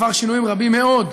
הוא עבר שינויים רבים מאוד,